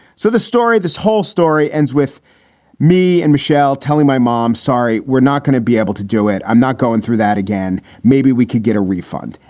so the story this whole story ends with me and michelle telling my mom, sorry, we're not going to be able to do it. i'm not going through that again. maybe we could get a refund.